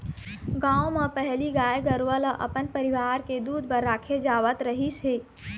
गाँव म पहिली गाय गरूवा ल अपन परिवार के दूद बर राखे जावत रहिस हे